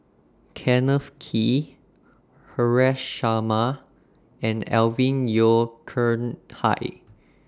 Kenneth Kee Haresh Sharma and Alvin Yeo Khirn Hai